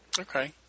Okay